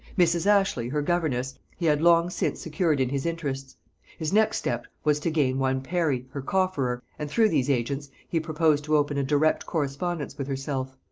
mrs. ashley, her governess, he had long since secured in his interests his next step was to gain one parry, her cofferer, and through these agents he proposed to open a direct correspondence with herself.